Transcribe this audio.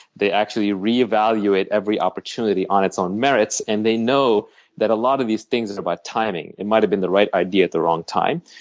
they actually reevaluate every opportunity on its own merits and they know that a lot of these things are about timing. it might have been the right idea at the wrong time.